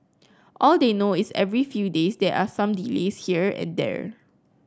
all they know is every few days there are some delays here and there